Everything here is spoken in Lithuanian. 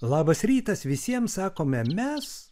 labas rytas visiems sakome mes